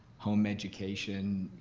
home education,